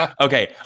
okay